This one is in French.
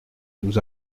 nous